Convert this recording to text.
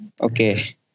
Okay